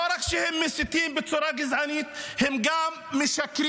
לא רק שהם מסיתים בצורה גזענית, הם גם משקרים.